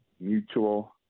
mutual